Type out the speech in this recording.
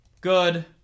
good